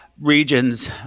regions